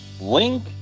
Link